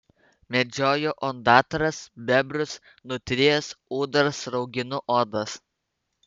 medžioju ondatras bebrus nutrijas ūdras rauginu odas